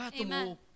Amen